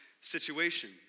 situation